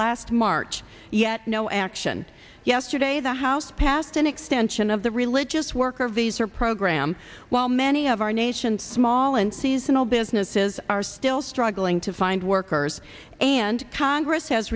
last march yet no action yesterday the house passed an extension of the religious worker visa program while many of our nation's small and seasonal businesses are still struggling to find workers and congress has